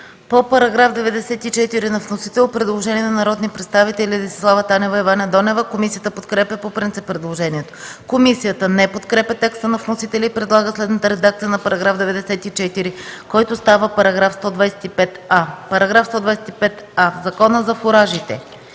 По § 94 на вносител – предложение на народните представители Десислава Танева и Ваня Донева. Комисията подкрепя по принцип предложението. Комисията не подкрепя текста на вносителя и предлага следната редакция на § 94, който става § 125а: „§ 125а. В Закона за фуражите